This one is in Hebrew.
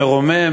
מרומם,